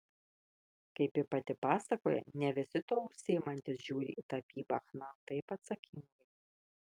kaip ji pati pasakoja ne visi tuo užsiimantys žiūri į tapybą chna taip atsakingai